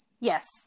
yes